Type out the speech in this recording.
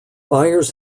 buyers